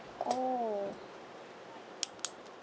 oh